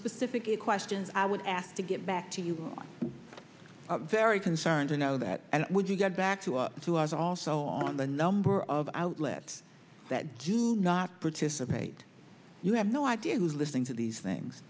specific questions i would ask to get back to you very concerned i know that and when you get back to our two hours also on the number of outlets that do not participate you have no idea who's listening to these things